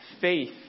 Faith